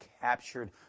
captured